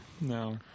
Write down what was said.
No